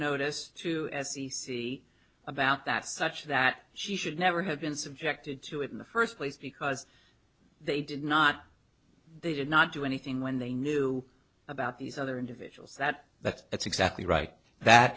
notice to see about that such that she should never have been subjected to it in the first place because they did not they did not do anything when they knew about these other individuals that that that's exactly right that